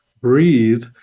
Breathe